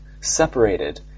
separated